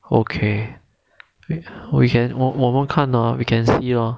okay the eh we can 我们看吧 we can see lor